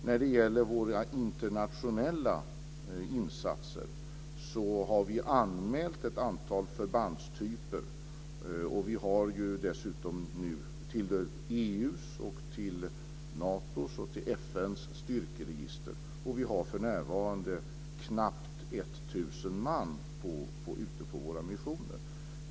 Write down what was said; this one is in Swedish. Vad beträffar våra internationella insatser har vi anmält ett antal förbandstyper till EU:s, till Natos och till FN:s styrkeregister. Vi har för närvarande nästan 1 000 man ute på våra missioner.